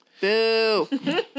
Boo